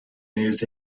news